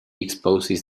exposes